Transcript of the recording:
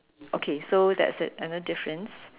okay so that's an another difference